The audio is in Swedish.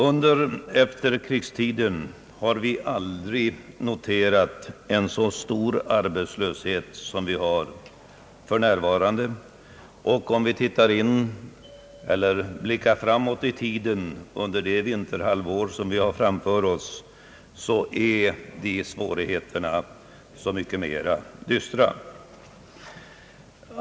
Under efterkrigstiden har vi aldrig noterat en så stor arbetslöshet som för närvarande. Blickar vi framåt mot det vinterhalvår vi har framför oss, finner vi läget ännu mera dystert på detta område.